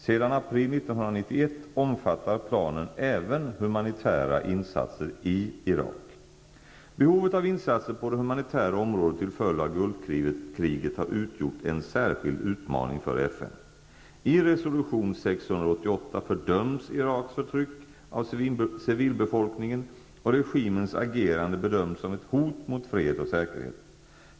Sedan april 1991 omfattar planen även humanitära insatser i Irak. Behovet av insatser på det humanitära området till följd av Gulfkriget har utgjort en särskild utmaning för FN. I resolution 688 fördöms Iraks förtryck av civilbefolkningen och regimens agerande bedöms som ett hot mot fred och säkerhet.